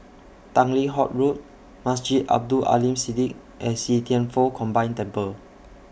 Tanglin Halt Road Masjid Abdul Aleem Siddique and See Thian Foh Combined Temple